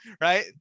Right